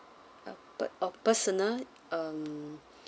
uh but uh personal um